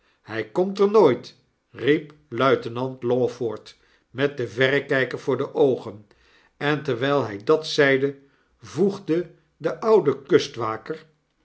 hy komt er nooit riep luitenant lawford met den verrekper voor de oogen en terwyl hij dat zeide voegde de oude